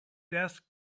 desk